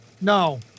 No